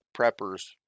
preppers